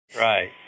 Right